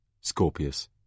Scorpius